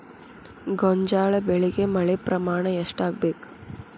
ಗೋಂಜಾಳ ಬೆಳಿಗೆ ಮಳೆ ಪ್ರಮಾಣ ಎಷ್ಟ್ ಆಗ್ಬೇಕ?